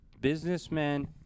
Businessmen